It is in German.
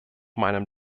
meinem